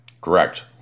correct